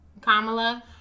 Kamala